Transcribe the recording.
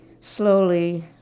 Slowly